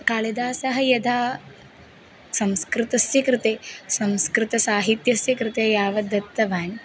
कालिदासः यदा संस्कृतस्य कृते संस्कृतसाहित्यस्य कृते यावद् दत्तवान्